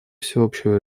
всеобщую